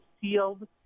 sealed